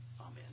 Amen